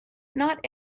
not